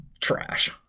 trash